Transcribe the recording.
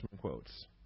quotes